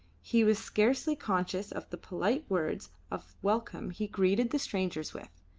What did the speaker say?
he was scarcely conscious of the polite words of welcome he greeted the strangers with,